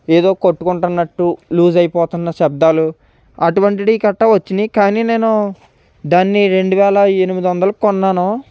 ఏదో కొట్టుకుంటున్నట్టు లూజై పోతున్న శబ్దాలు అటువంటివి గట్టా వచ్చినాయి కానీ నేను దాన్ని రెండు వేల ఎనిమిదొందలకి కొన్నాను